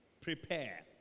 prepare